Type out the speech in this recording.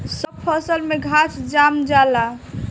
सब फसल में घास जाम जाला